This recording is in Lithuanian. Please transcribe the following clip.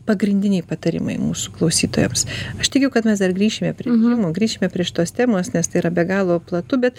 pagrindiniai patarimai mūsų klausytojams aš tikiu kad mes dar grįšime prie pirmo grįšime prie šitos temos nes tai yra be galo platu bet